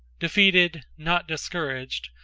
defeated, not discouraged,